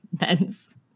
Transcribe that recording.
men's